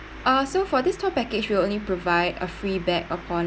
uh so for this tour package we'll only provide a free bag upon